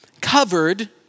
covered